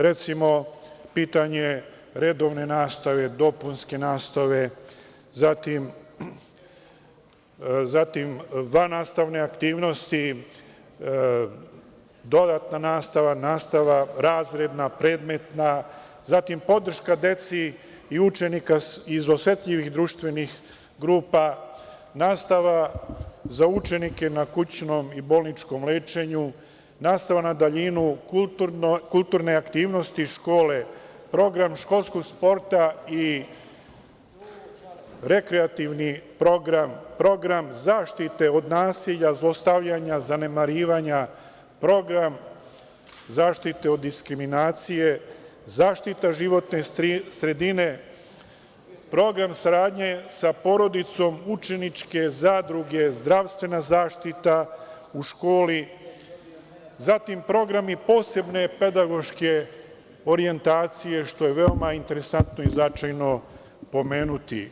Recimo, pitanje redovne nastave, dopunske nastave, zatim vannastavne aktivnosti, dodatna nastava, nastava razredna, predmetna, zatim podrška deci i učenika iz osetljivih društvenih grupa, nastava za učenike na kućnom i bolničkom lečenju, nastava na daljinu, kulturne aktivnosti škole, program školskog sporta i rekreativni program, program zaštite od nasilja, zlostavljanja, zanemarivanja, program zaštite od diskriminacije, zaštita životne sredine, program saradnje sa porodicom učeničke zadruge, zdravstvena zaštita u školi, zatim programi posebne pedagoške orijentacije, što je veoma interesantno i značajno pomenuti.